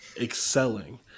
excelling